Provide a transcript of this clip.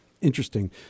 Interesting